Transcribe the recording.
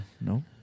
No